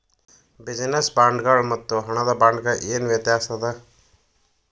Business ಬಾಂಡ್ಗಳ್ ಮತ್ತು ಹಣದ ಬಾಂಡ್ಗ ಏನ್ ವ್ಯತಾಸದ?